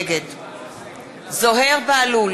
נגד זוהיר בהלול,